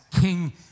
king